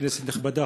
כנסת נכבדה,